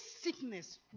sickness